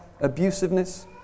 abusiveness